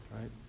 right